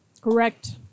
Correct